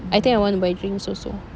I think I want to buy drinks also